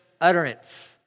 utterance